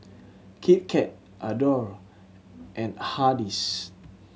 Kit Kat Adore and Hardy's